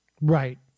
Right